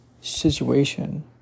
situation